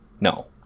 No